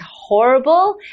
horrible